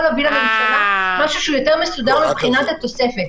להביא לממשלה משהו שהוא יותר מסודר מבחינת התוספת.